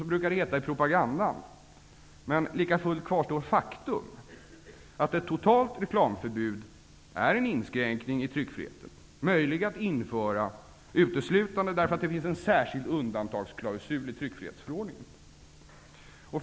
Så brukar det heta i propagandan, men lika fullt kvarstår faktum, nämligen att ett totalt reklamförbud är en inskränkning i tryckfriheten, möjlig att införa uteslutande därför att det finns en särskild undantagsklausul i tryckfrihetsförordningen.